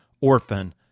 orphan